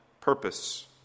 purpose